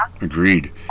agreed